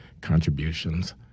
contributions